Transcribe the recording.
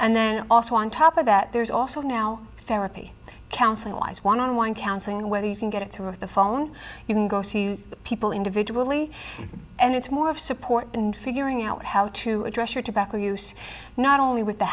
and then also on top of that there's also now therapy counseling wise one on one counseling whether you can get it through of the phone you can go see people individually and it's more of support and figuring out how to address your tobacco use not only with the